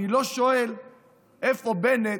אני לא שואל איפה בנט,